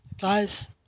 Guys